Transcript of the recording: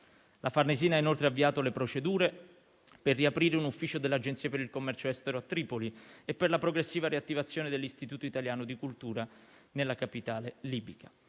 La Farnesina ha inoltre avviato le procedure per riaprire un ufficio dell'Agenzia per il commercio estero a Tripoli e per la progressiva riattivazione dell'Istituto italiano di cultura nella capitale libica.